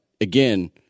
again